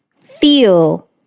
Feel